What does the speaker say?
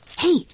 Hey